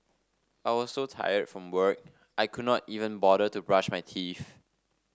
I was so tired from work I could not even bother to brush my teeth